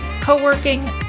co-working